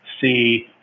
see